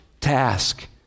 task